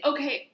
Okay